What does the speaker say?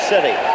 City